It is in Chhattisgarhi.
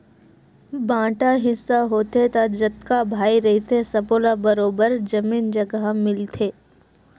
बांटा हिस्सा होथे त जतका भाई रहिथे सब्बो ल बरोबर जमीन जघा मिलथे